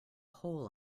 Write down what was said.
hole